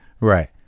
Right